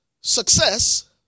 Success